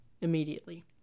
immediately